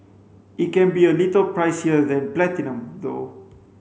it can be a little pricier than Platinum though